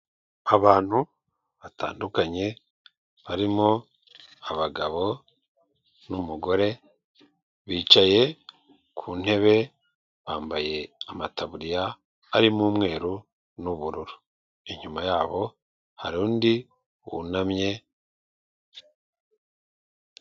Abantu batandukanye barimo abagabo n'umugore bicaye ku ntebe bambaye amataburiya arimo umweru n'ubururu, inyuma yabo hari undi wunamye.